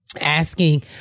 asking